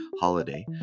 holiday